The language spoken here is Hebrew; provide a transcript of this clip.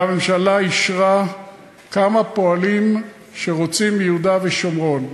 והממשלה אישרה כמה פועלים שרוצים מיהודה ושומרון.